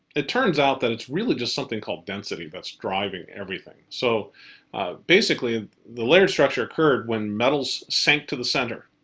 it turns out that it's really just something called density that's driving everything. so basically, the layered structure occurred when metals sank to the center.